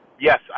Yes